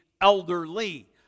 elderly